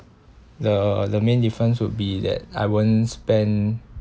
the the main difference would be that I won't spend